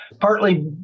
partly